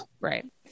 right